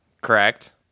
Correct